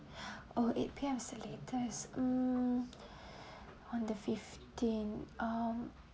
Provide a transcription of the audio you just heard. oh eight P_M is the latest mm on the fifteen um